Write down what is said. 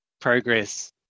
progress